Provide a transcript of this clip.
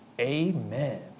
Amen